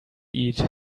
eat